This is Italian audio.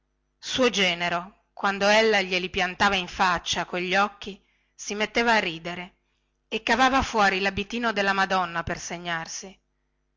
suo genero quando ella glieli piantava in faccia quegli occhi si metteva a ridere e cavava fuori labitino della madonna per segnarsi